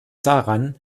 daran